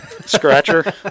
Scratcher